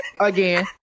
Again